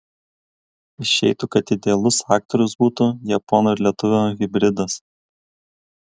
išeitų kad idealus aktorius būtų japono ir lietuvio hibridas